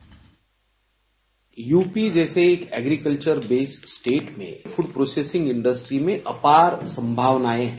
bite UP जैसे एक agriculture based state में फूड प्रोसेसिंग इण्डस्ट्रीज में अपार संभावनायें हैं